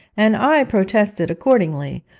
and i protested accordingly,